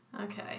Okay